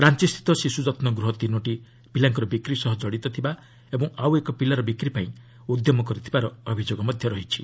ରାଞ୍ଚସ୍ଥିତ ଶିଶୁ ଯତ୍ନ ଗୃହ ତିନୋଯି ପିଲାଙ୍କର ବିକ୍ରି ସହ କଡ଼ିତ ଥିବା ଓ ଆଉ ଏକ ପିଲାର ବିକ୍ରିପାଇଁ ଉଦ୍ୟମ କରିଥିବାର ଅଭିଯୋଗ ହୋଇଛି